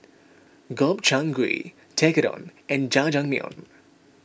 Gobchang Gui Tekkadon and Jajangmyeon